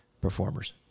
performers